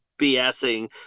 bsing